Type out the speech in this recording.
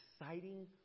exciting